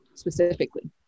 specifically